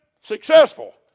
successful